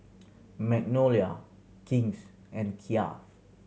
Magnolia King's and Kia